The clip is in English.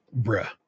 bruh